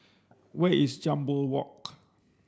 where is Jambol Walk